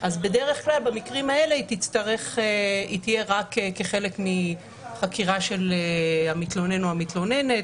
בדרך כלל במקרים האלה היא תהיה רק כחלק מחקירה של המתלונן או המתלוננת,